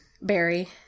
Barry